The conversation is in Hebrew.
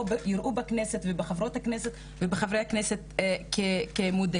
בכנסת ובחברי הכנסת ובחברות הכנסת כמודל.